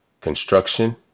construction